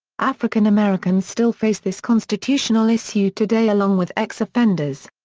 african americans still face this constitutional issue today along with ex-offenders.